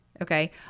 Okay